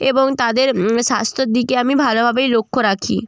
এবং তাদের স্বাস্থ্যর দিকে আমি ভালোভাবেই লক্ষ্য রাখি